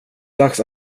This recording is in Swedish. dags